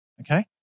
Okay